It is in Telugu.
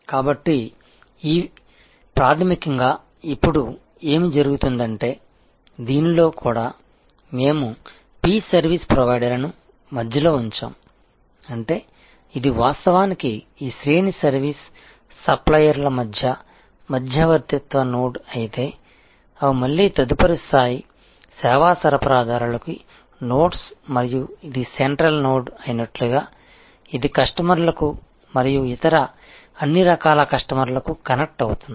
కాబట్టి ప్రాథమికంగా ఇప్పుడు ఏమి జరుగుతుందంటే దీనిలో కూడా మేము P సర్వీస్ ప్రొవైడర్ను మధ్యలో ఉంచాము అంటే ఇది వాస్తవానికి ఈ శ్రేణి సర్వీస్ సప్లయర్ల మధ్య మధ్యవర్తిత్వ నోడ్ అయితే అవి మళ్లీ తదుపరి స్థాయి సేవా సరఫరాదారులకి నోడ్స్ మరియు ఇది సెంట్రల్ నోడ్ అయినట్లుగా ఇది కస్టమర్లకు మరియు ఇతర అన్ని రకాల కస్టమర్లకు కనెక్ట్ అవుతుంది